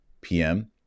PM